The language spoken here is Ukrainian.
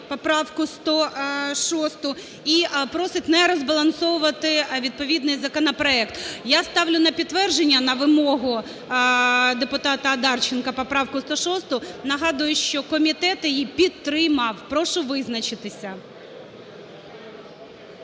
поправку 106 і просить не розбалансовувати відповідний законопроект. Я ставлю на підтвердження на вимогу депутата Одарченка поправку 106, нагадую, що комітет її підтримав. Прошу визначитися.